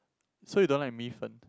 so you don't like 米粉